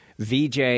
VJ